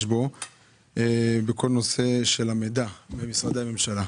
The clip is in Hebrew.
בו - בכל נושא המידע ממשרדי הממשלה.